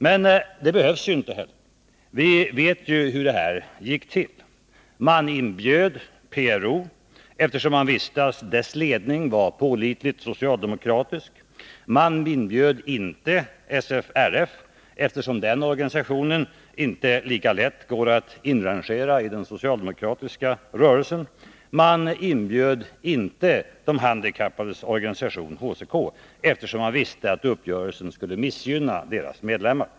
Men det behövs inte heller. Vi vet ju hur detta gick till. Regeringen inbjöd PRO, eftersom man visste att dess ledning var pålitligt socialdemokratisk. Man inbjöd inte SFRF, eftersom den organisationen inte lika lätt går att inrangera i den socialdemokratiska rörelsen. Man inbjöd inte de handikappades organisation HCK, eftersom man visste att uppgörelsen skulle missgynna dess medlemmar.